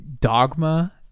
dogma